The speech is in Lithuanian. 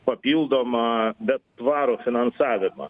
papildomą bet tvarų finansavimą